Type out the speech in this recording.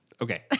Okay